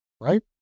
right